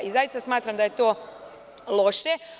Zaista smatram da je to loše.